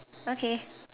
okay